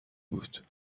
بود